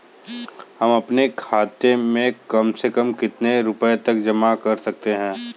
हम अपने खाते में कम से कम कितने रुपये तक जमा कर सकते हैं?